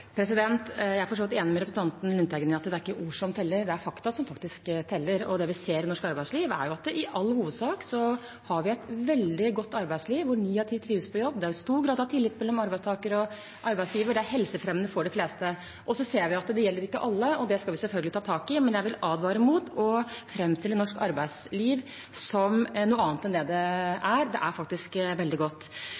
at det ikke er ord som teller; det er fakta som teller. Det vi ser i norsk arbeidsliv, er at vi i all hovedsak har et veldig godt arbeidsliv, hvor ni av ti trives på jobb. Det er en stor grad av tillit mellom arbeidstaker og arbeidsgiver – det er helsefremmende for de fleste. Så ser vi at det ikke gjelder for alle, og det skal vi selvfølgelig ta tak i, men jeg vil advare mot å framstille norsk arbeidsliv som noe annet enn det det